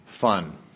fun